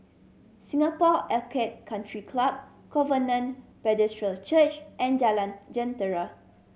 Singapore Orchid Country Club Covenant Church and Jalan Jentera